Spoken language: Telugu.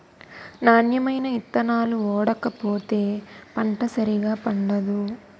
నాణ్యమైన ఇత్తనాలు ఓడకపోతే పంట సరిగా పండదు